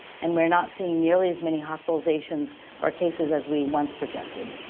and we're not seeing nearly as many hospitalizations or cases as we once projected.